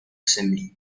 assembly